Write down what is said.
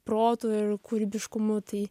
protu ir kūrybiškumu tai